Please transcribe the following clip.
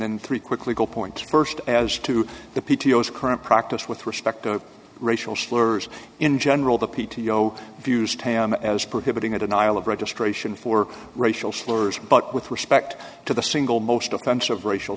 then three quick legal point first as to the p t o s current practice with respect to racial slurs in general the p t o if used as prohibiting the denial of registration for racial slurs but with respect to the single most offensive racial